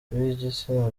b’igitsina